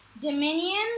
Dominion